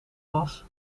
was